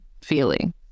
feeling